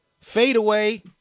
Fadeaway